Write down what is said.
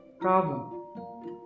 problem